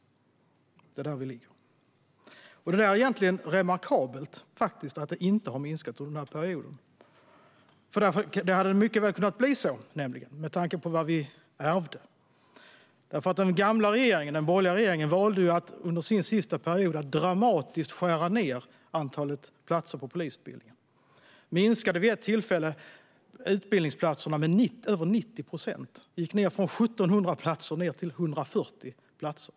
Det är där vi ligger. Det är egentligen remarkabelt att det inte har minskat under den här perioden. Det hade nämligen mycket väl kunnat bli så, med tanke på vad vi ärvde. Den gamla regeringen, den borgerliga regeringen, valde att under sin sista period dramatiskt skära ned antalet platser på polisutbildningen. Man minskade vid ett tillfälle utbildningsplatserna med över 90 procent. Man gick ned från 1 700 platser till 140 platser.